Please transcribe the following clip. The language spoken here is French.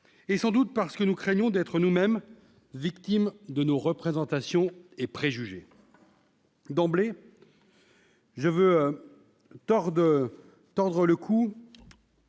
sans doute parce que nous craignons d'être nous-mêmes victimes de nos représentations et préjugés. D'emblée, je veux tordre le cou